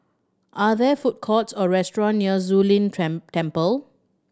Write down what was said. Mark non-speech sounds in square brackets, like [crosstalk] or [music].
are there food courts or restaurant near Zu Lin [unintelligible] Temple